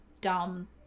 dumb